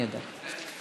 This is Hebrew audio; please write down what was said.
אני יודעת.